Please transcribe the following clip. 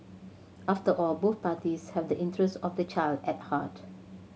after all both parties have the interest of the child at heart